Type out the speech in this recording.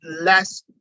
less